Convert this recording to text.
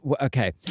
okay